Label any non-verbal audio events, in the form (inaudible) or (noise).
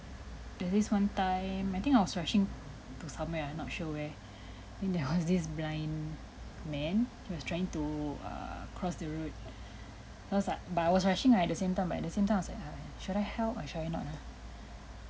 there's this one time I think I was rushing to somewhere I'm not sure where (breath) then there (laughs) was this blind man he was trying to err cross the road (breath) cause I but I was rushing ah at the same time but at the same time I was like !haiya! should I help or should I not ah